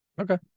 Okay